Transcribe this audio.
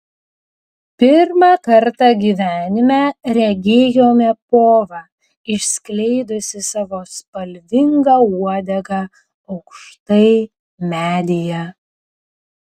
pirmą kartą gyvenime regėjome povą išskleidusį savo spalvingą uodegą aukštai medyje